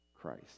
Christ